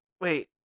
wait